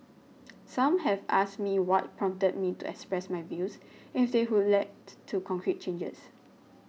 some have asked me what prompted me to express my views and if they would lead to concrete changes